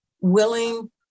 willing